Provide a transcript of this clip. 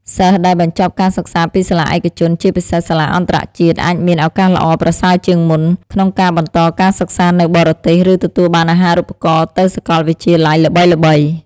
សិស្សដែលបញ្ចប់ការសិក្សាពីសាលាឯកជន ជាពិសេសសាលាអន្តរជាតិ អាចមាន ឱកាសល្អប្រសើរជាងមុន ក្នុងការបន្តការសិក្សានៅបរទេស ឬទទួលបានអាហារូបករណ៍ទៅសាកលវិទ្យាល័យល្បីៗ។